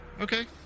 Okay